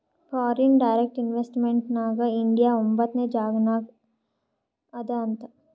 foreign direct investment ನಾಗ್ India ಒಂಬತ್ನೆ ಜಾಗನಾಗ್ ಅದಾ ಅಂತ್